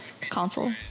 console